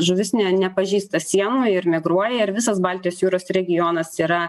žuvis ne nepažįsta sienų ir migruoja ir visas baltijos jūros regionas yra